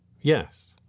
yes